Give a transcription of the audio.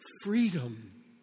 freedom